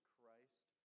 Christ